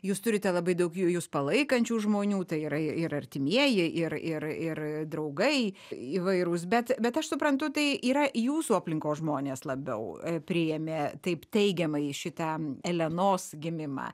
jūs turite labai daug ju jus palaikančių žmonių tai yra ir artimieji ir ir ir draugai įvairūs bet bet aš suprantu tai yra jūsų aplinkos žmonės labiau priėmė taip teigiamai šitą elenos gimimą